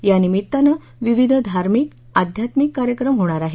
या निमित्ताने विविध धार्मिक अध्यात्मिक कार्यक्रम होणार आहेत